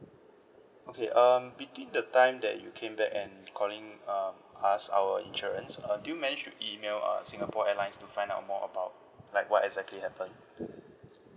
okay um between the time that you came back and calling uh us our insurance err did you manage to email uh singapore airlines to find out more about like what exactly happen